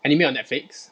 anime on Netflix